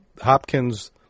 Hopkins